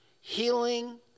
healing